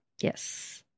Yes